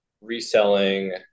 reselling